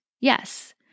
Yes